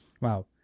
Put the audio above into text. Wow